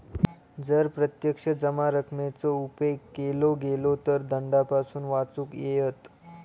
जर प्रत्यक्ष जमा रकमेचो उपेग केलो गेलो तर दंडापासून वाचुक येयत